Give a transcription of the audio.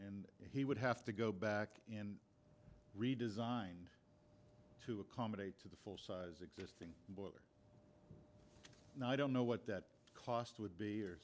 and he would have to go back in redesigned to accommodate to the full size existing boiler and i don't know what that cost would be